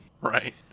Right